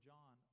John